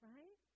Right